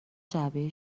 جعبه